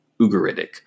Ugaritic